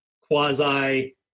quasi